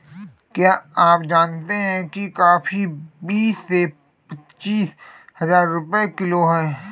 क्या आप जानते है कॉफ़ी बीस से पच्चीस हज़ार रुपए किलो है?